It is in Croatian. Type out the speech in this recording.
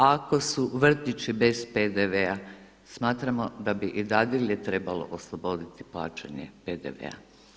A ako su vrtići bez PDV-a smatramo da bi i dadilje trebalo osloboditi plaćanja PDV-a.